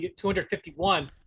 251